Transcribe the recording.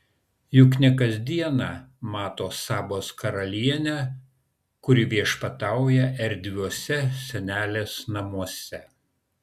juk ne kas dieną mato sabos karalienę kuri viešpatauja erdviuose senelės namuose